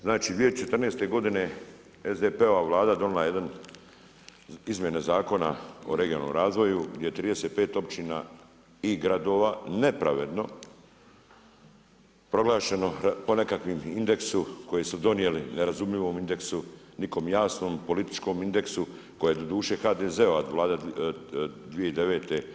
Znači 2014. godine SDP-ova vlada donijela je izmjene Zakona o regionalnom razvoju gdje je 35 općina i gradova nepravedno proglašeno po nekom indeksu koji su donijeli, nerazumljivom indeksu nekom jasnom političkom indeksu koji je doduše HDZ-ova vlada 2009.